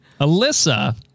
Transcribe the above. Alyssa